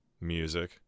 music